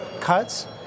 cuts